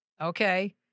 Okay